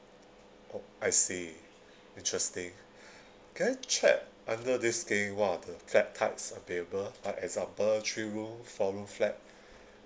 oh I see interesting can I check under this scheme what are the flat types available like example three room four room flat